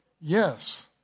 Yes